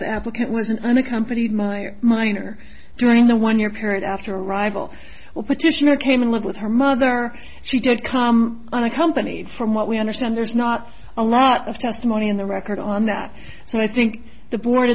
the applicant was an unaccompanied minor during the one year period after arrival or petitioner came in with her mother she did come on a company from what we understand there's not a lot of testimony in the record on that so i think the board